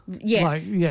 Yes